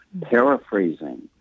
paraphrasing